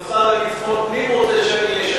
גם השר לביטחון פנים רוצה שאני אהיה שליח.